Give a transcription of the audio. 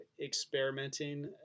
experimenting